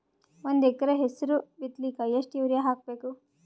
ಒಂದ್ ಎಕರ ಹೆಸರು ಬಿತ್ತಲಿಕ ಎಷ್ಟು ಯೂರಿಯ ಹಾಕಬೇಕು?